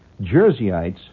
Jerseyites